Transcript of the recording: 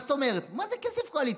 מה זאת אומרת, מה זה כסף קואליציוני?